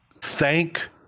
Thank